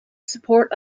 support